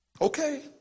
Okay